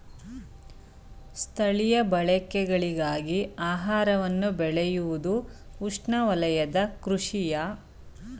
ಸ್ಥಳೀಯ ಬಳಕೆಗಳಿಗಾಗಿ ಆಹಾರವನ್ನು ಬೆಳೆಯುವುದುಉಷ್ಣವಲಯದ ಕೃಷಿಯ ಮೂಲವಾಗಿದೆ